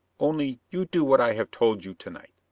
only, you do what i have told you to-night.